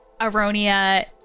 Aronia